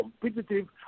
competitive